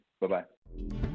Bye-bye